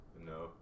No